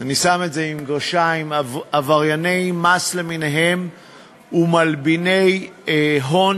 "עברייני המס למיניהם ומלביני ההון"